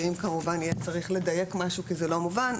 ואם כמובן יהיה צריך לדייק משהו כי זה לא מובן,